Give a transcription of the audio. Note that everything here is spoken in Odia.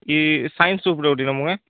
ଇ ସାଇନ୍ସ ଉପରେ ଗୋଟେ ନବୁ କା